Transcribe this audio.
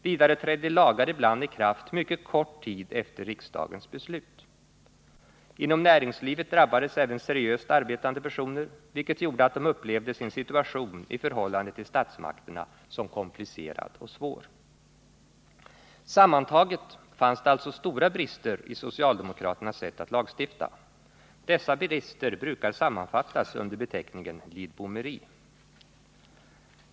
Vidare trädde lagar ibland i kraft mycket kort tid efter riksdagens beslut. Inom näringslivet drabbades även seriöst arbetande personer, vilket gjorde att de upplevde sin situation i förhållande till statsmakterna som komplicerad och svår. Sammantaget fanns det alltså stora brister i socialdemokraternas sätt att lagstifta. Dessa brister brukar sammanfattas under beteckningen lidbommeri.